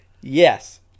Yes